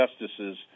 justices